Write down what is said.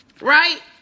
right